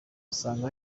asanga